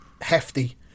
hefty